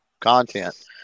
content